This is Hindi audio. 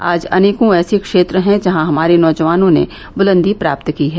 आज अनेको ऐसे क्षेत्र हैं जहां हमारे नौजवानों ने बुलॅन्दी प्राप्त की है